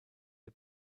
der